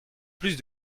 plus